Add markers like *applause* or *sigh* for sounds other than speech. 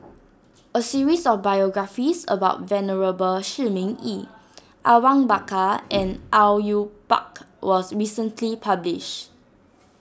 *noise* a series of biographies about Venerable Shi Ming Yi Awang Bakar and Au Yue Pak was recently published